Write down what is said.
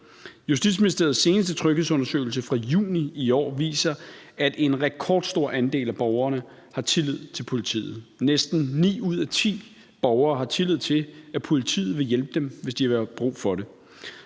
Justitsministeriets seneste tryghedsundersøgelse fra juni i år viser, at en rekordstor andel af borgerne har tillid til politiet. Næsten ni ud af ti borgere har tillid til, at politiet vil hjælpe dem, hvis de har brug for det.